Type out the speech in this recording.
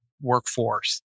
workforce